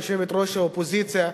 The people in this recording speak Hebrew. יושבת-ראש האופוזיציה.